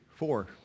Four